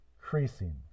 increasing